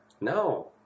no